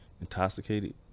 intoxicated